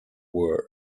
world